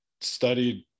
studied